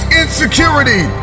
insecurity